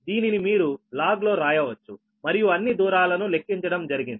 దీనిని మీరు లాగ్ లో రాయవచ్చు మరియు అన్ని దూరాలను లెక్కించడం జరిగింది